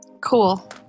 Cool